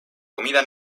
comida